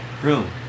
room